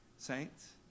Saints